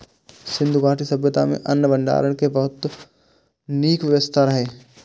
सिंधु घाटी सभ्यता मे अन्न भंडारण के बहुत नीक व्यवस्था रहै